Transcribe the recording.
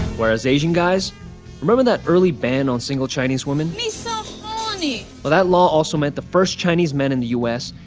whereas asian guys remember that early ban on single chinese women? me so horny well, that law also meant the first chinese men in the u s.